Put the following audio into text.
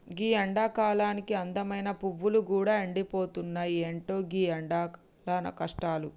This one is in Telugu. గీ ఎండకాలానికి అందమైన పువ్వులు గూడా ఎండిపోతున్నాయి, ఎంటో గీ ఎండల కష్టాలు